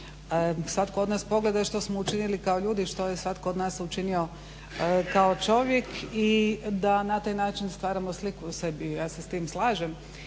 svatko od nas pogleda što smo učinili kao ljudi, što je svatko od nas učinio kao čovjek i da na taj način stvaramo sliku o sebi. Ja se s tim slažem.